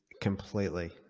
completely